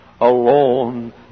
alone